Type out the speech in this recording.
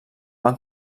van